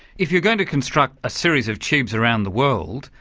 if you're going to construct a series of tubes around the world,